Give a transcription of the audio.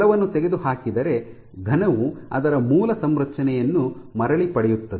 ಬಲವನ್ನು ತೆಗೆದುಹಾಕಿದರೆ ಘನವು ಅದರ ಮೂಲ ಸಂರಚನೆಯನ್ನು ಮರಳಿ ಪಡೆಯುತ್ತದೆ